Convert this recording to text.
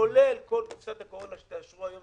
כולל כל קופסת הקורונה שתאשרו היום,